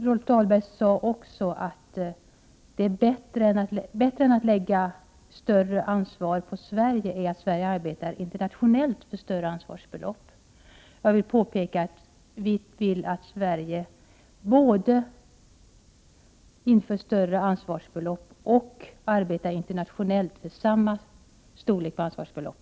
Rolf Dahlberg sade också att det är bättre att Sverige arbetar internationellt för större ansvarsbelopp än att ett större ansvar läggs på Sverige. Jag vill då påpeka att vi i miljöpartiet vill att Sverige både verkar för detta med större ansvarsbelopp och arbetar internationellt för att det blir lika stora ansvarsbelopp.